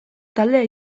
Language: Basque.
taldea